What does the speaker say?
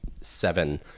seven